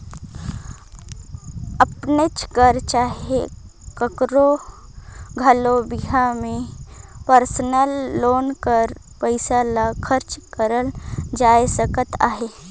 अपनेच कर चहे काकरो घलो बिहा में परसनल लोन कर पइसा ल खरचा करल जाए सकत अहे